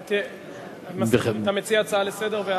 אתה מציע הצעה לסדר-היום?